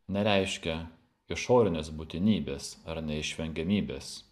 nereiškia išorinės būtinybės ar neišvengiamybės